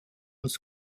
als